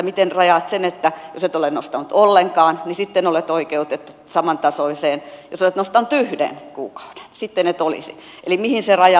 miten rajaat sen että jos et ole nostanut ollenkaan niin sitten olet oikeutettu samantasoiseen mutta jos olet nostanut yhden kuukauden sitten et olisi eli mihin se raja vedetään